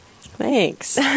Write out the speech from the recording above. Thanks